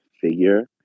figure